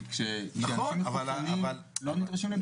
כי כשעושים חיסונים לא נדרשים לבידוד.